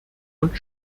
und